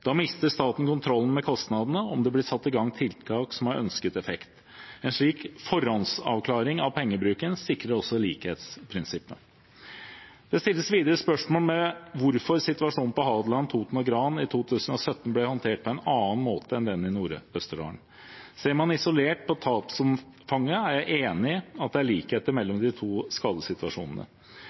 Da mister staten kontrollen med kostnadene og med om det blir satt i gang tiltak som har ønsket effekt. En slik forhåndsavklaring av pengebruken sikrer også likhetsprinsippet. Det stilles videre spørsmål ved hvorfor situasjonen på Hadeland, Toten og Gran i 2017 ble håndtert på en annen måte enn den i Nord-Østerdal. Ser man isolert på tapsomfanget, er jeg enig i at det er likheter mellom de to skadesituasjonene.